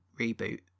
reboot